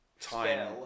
time